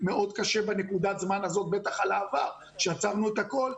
מאוד קשה בנקודת זמן הזאת בטח על העבר שעצרנו את הכול,